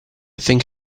think